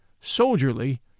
soldierly